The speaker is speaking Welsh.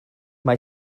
mai